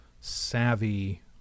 savvy